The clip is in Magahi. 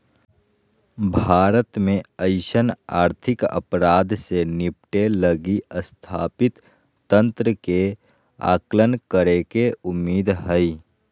भारत में अइसन आर्थिक अपराध से निपटय लगी स्थापित तंत्र के आकलन करेके उम्मीद हइ